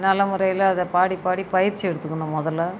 நல்ல முறையில் அதை பாடிப் பாடி பயிற்சி எடுத்துக்கணும் முதல்ல